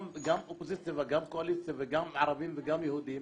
גם אופוזיציה וגם קואליציה וגם ערבים וגם יהודים.